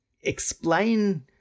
explain